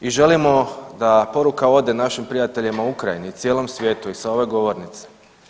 I želimo da poruka ode našim prijateljima u Ukrajini i cijelom svijetu i sa ove govornice.